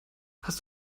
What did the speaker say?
hast